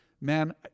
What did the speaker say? man